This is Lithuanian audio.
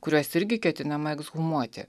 kuriuos irgi ketinama ekshumuoti